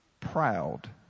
proud